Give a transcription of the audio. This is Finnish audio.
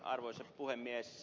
arvoisa puhemies